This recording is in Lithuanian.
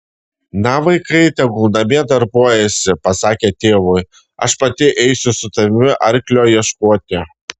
na vaikai tegul namie darbuojasi pasakė tėvui aš pati eisiu su tavimi arklio ieškoti